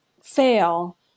fail